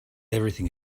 everything